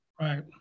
Right